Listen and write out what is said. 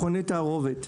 מכוני תערובת.